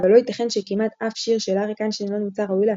אבל לא ייתכן שכמעט אף שיר של אריק איינשטיין לא נמצא ראוי להשמעה.